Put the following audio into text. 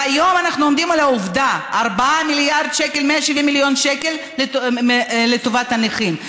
והיום אנחנו עומדים על העובדה: 4 מיליארד ו-170 מיליון שקל לטובת הנכים,